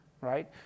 right